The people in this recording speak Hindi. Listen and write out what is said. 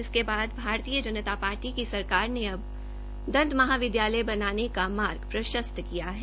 जिसके बाद भारतीय जनता पार्टी की सरकार ने अब दंत महाविद्यालय बनाने का मार्ग प्रशस्त किया है